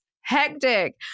hectic